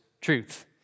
truth